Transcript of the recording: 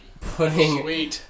Putting